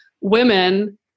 women